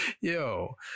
Yo